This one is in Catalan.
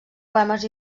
poemes